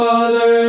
Father